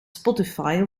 spotify